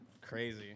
Crazy